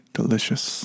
delicious